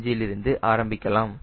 025 இலிருந்து ஆரம்பிக்கலாம்